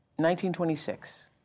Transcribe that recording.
1926